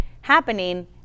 happening